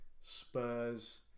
Spurs